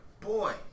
Boy